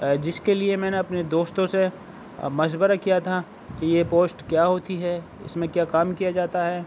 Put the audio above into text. جس کے لیے میں نے اپنے دوستوں سے مشورہ کیا تھا کہ یہ پوسٹ کیا ہوتی ہے اس میں کیا کام کیا جاتا ہے